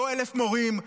לא 1,000 מורים,